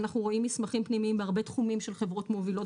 אנחנו רואים מסמכים פנימיים בהרבה תחומים של חברות מובילות